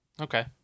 Okay